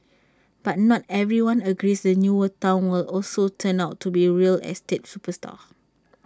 but not everyone agrees the newer Town will also turn out to be A real estate superstar